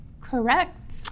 Correct